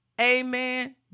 Amen